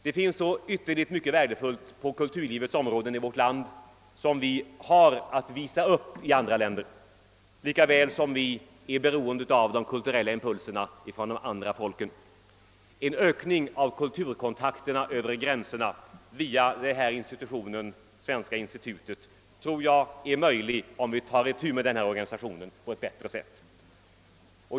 Det finns ytterligt mycket värdefullt på kulturlivets område i vårt land som vi har att visa upp i andra länder, lika väl som vi är beroende av de kulturella impulserna från andra folk. En ökning av kulturkontakterna över gränserna via Svenska institutet tror jag är möjlig, om vi tar itu med organisationen på ett bättre sätt.